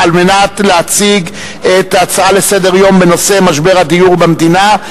על מנת להציג את ההצעה לסדר-היום בנושא משבר הדיור במדינה.